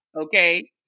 Okay